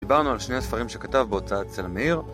דיברנו על שני הספרים שכתב בהוצאת סלע מאיר